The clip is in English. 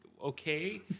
okay